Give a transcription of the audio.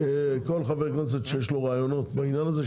כל חבר כנסת שיש לו רעיונות בעניין הזה,